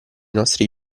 nostri